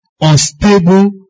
unstable